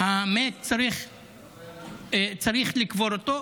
המת צריך לקבור אותו.